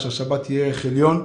השבת היא ערך עליון,